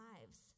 lives